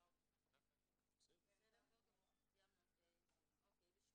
4. סיימנו את 7. נעבור לסעיף 8: